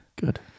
Good